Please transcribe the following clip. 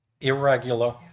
irregular